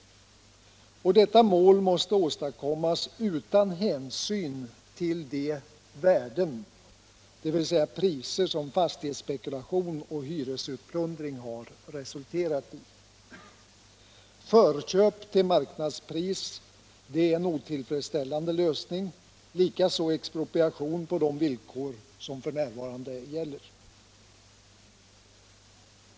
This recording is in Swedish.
Detta mål måste åstadkommas utan hänsyn till de ”värden”, dvs. priser, som fastighetsspekulation och hyresutplundring resulterat i. Förköp till marknadspris är en otillfredsställande lösning, likaså expropriation på de villkor som f.n. gäller.